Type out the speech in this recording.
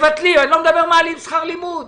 אני לא מדבר על כך שמעלים שכר לימוד.